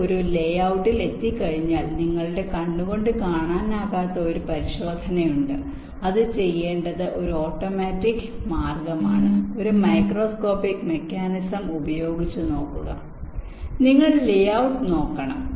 നിങ്ങൾ ഒരു ലേഔട്ടിൽ എത്തിക്കഴിഞ്ഞാൽ നിങ്ങളുടെ കണ്ണുകൊണ്ട് കാണാനാകാത്ത ഒരു പരിശോധന കളുണ്ട് അത് ചെയ്യേണ്ടത് ഒരു ഓട്ടോമാറ്റിക് മാർഗമാണ് ഒരു മൈക്രോസ്കോപ്പിക് മെക്കാനിസം ഉപയോഗിച്ച് നോക്കുക നിങ്ങൾ ലേ ഔട്ട് നോക്കണം